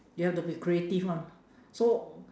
you have to be creative [one] so